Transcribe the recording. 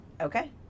okay